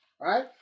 Right